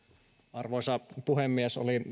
arvoisa puhemies oli